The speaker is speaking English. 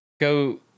go